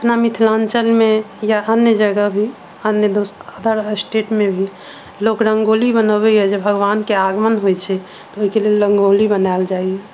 अपना मिथिलाञ्चल मे या अन्य जगह भी अन्य दोसर अदर स्टेट मे भी लोक रङ्गोली बनौबै यऽ जे भगबान के आगमन होइ छै तऽ ओहिके लेल रङ्गोली बनैल जाइए